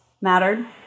mattered